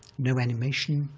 no animation,